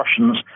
Russians